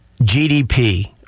GDP